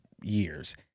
years